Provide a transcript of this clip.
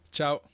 Ciao